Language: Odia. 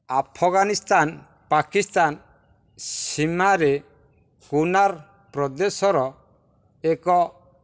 ଆଫଗାନିସ୍ତାନ ପାକିସ୍ଥାନ ସୀମାରେ କୁନାର ପ୍ରଦେଶର ଏକ